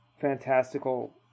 fantastical